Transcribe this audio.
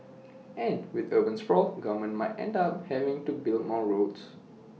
and with urban sprawl governments might end up having to build more roads